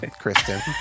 Kristen